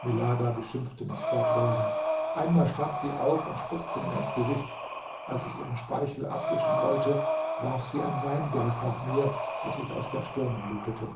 milada beschimpfte mich fortwährend einmal stand sie auf und spuckte mir ins gesicht als ich ihren speichel abwischen wollte warf sie ein weinglas nach mir daß ich aus der stirn blutete